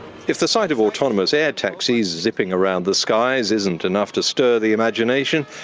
if the sight of autonomous air taxis zipping around the skies isn't enough to stir the imagination,